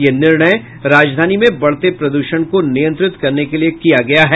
ये निर्णय राजधानी में बढ़ते प्रदूषण को नियंत्रित करने के लिये किया गया है